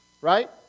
Right